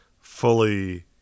fully